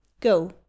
go